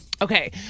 Okay